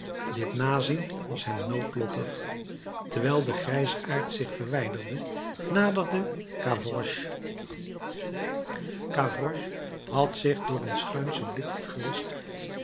dit nazien was hem noodlottig terwijl de grijsaard zich verwijderde naderde gavroche gavroche had zich door een schuinschen blik vergewist